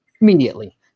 Immediately